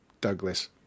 Douglas